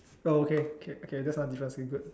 oh okay okay that's one difference we good